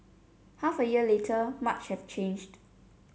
half a year later much have changed